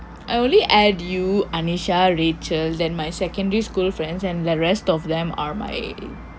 I only add you anisha rachel then my secondary school friends and the rest of them are my